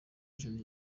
ijuru